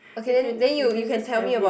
you can just you can just have it